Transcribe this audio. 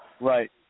Right